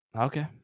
Okay